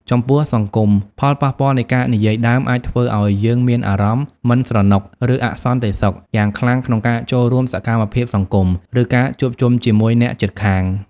ចំពោះសង្គម ផលប៉ះពាល់នៃការនិយាយដើមអាចធ្វើឱ្យយើងមានអារម្មណ៍ មិនស្រណុក ឬអសន្តិសុខ យ៉ាងខ្លាំងក្នុងការចូលរួមសកម្មភាពសង្គម ឬការជួបជុំជាមួយអ្នកជិតខាង។